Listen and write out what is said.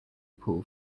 pool